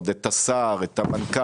את מה אנחנו מנסים לסדר?